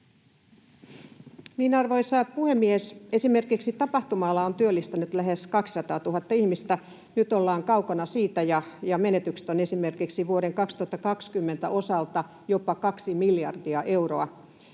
Arvoisa puhemies! Esimerkiksi tapahtuma-ala on työllistänyt lähes 200 000 ihmistä — nyt ollaan kaukana siitä ja menetykset ovat esimerkiksi vuoden 2020 osalta jopa 2 miljardia euroa.